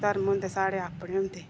अपने धर्म औंदे साढ़े अपने होंदे